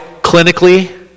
clinically